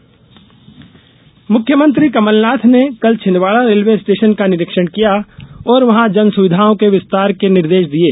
CM निरीक्षण मुख्यमंत्री कमल नाथ ने कल छिन्दवाड़ा रेलवे स्टेशन का निरीक्षण किया और वहाँ जन सुविघाओं को विस्तार के निर्देश दिये